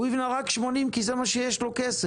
הוא יבנה רק 80, כי זה מה שיש לו כסף.